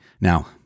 Now